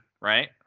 right